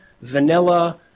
vanilla